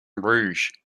rouge